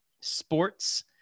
sports